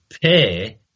pay